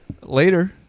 Later